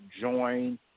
join